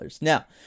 Now